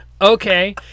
okay